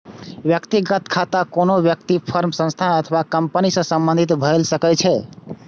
व्यक्तिगत खाता कोनो व्यक्ति, फर्म, संस्था अथवा कंपनी सं संबंधित भए सकै छै